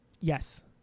Yes